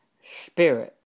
spirit